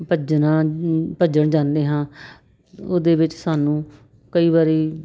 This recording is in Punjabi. ਭੱਜਣਾ ਭੱਜਣ ਜਾਂਦੇ ਹਾਂ ਉਹਦੇ ਵਿੱਚ ਸਾਨੂੰ ਕਈ ਵਾਰੀ